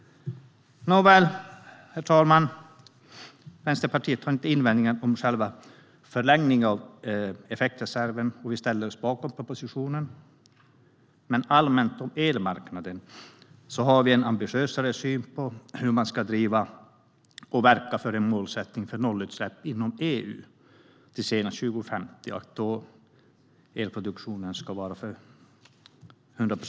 Herr talman! Vänsterpartiet har inga invändningar mot själva förlängningen av effektreserven, och vi ställer oss bakom propositionen. Men när det gäller elmarknaden allmänt har vi en ambitiösare syn på hur man ska driva på och verka för en målsättning för nollutsläpp inom EU till senast 2050. All elproduktion ska då vara förnybar.